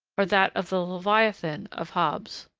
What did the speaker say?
or that of the leviathan of hobbes.